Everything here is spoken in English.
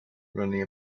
running